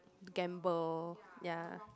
gamble ya